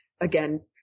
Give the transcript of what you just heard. again